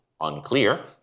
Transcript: unclear